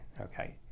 okay